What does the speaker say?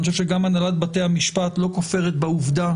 אני חושב שגם הנהלת בתי המשפט לא כופרת בעובדה